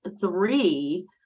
three